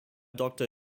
doctor